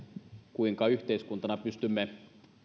kuinka yhteiskuntana pystymme